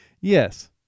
Yes